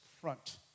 front